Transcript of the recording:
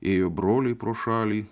ėjo broliai pro šalį